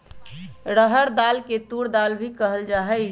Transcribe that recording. अरहर दाल के तूर दाल भी कहल जाहई